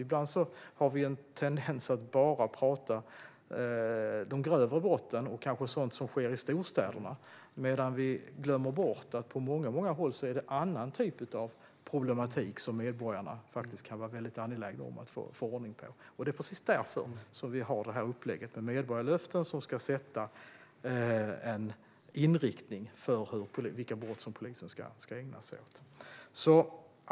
Ibland har vi en tendens att bara tala om de grövre brotten och sådant som sker i storstäderna, medan vi glömmer bort att det på många håll är en annan typ av problematik som medborgarna kan vara angelägna om att få ordning på. Det är precis därför vi har upplägget med medborgarlöften, som ska sätta upp en inriktning för vilka brott som polisen ska ägna sig åt.